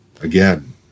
again